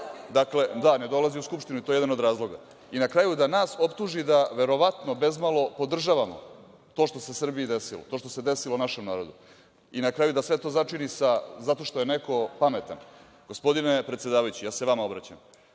zna ništa, ne dolazi u Skupštinu i to je jedan od razloga, i na kraju da nas optuži da mi verovatno bezmalo podržavamo to što se Srbiji desilo, to što se desilo našem narodu i na kraju da sve to začini sa – zato što neko pametan. Gospodine predsedavajući, ja se vama obraćam,